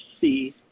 see